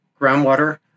groundwater